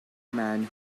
man